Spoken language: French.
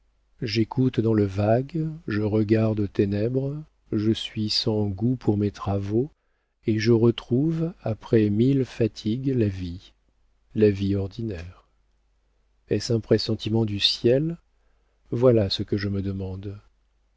j'écoute dans le vague je regarde aux ténèbres je suis sans goût pour mes travaux et je retrouve après mille fatigues la vie la vie ordinaire est-ce un pressentiment du ciel voilà ce que je me demande